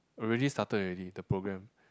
already started already the program